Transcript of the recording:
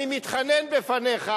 אני מתחנן בפניך,